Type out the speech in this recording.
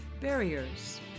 barriers